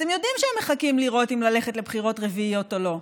אתם יודעים שהם מחכים לראות אם ללכת לבחירות רביעיות או לא.